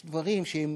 יש דברים שהם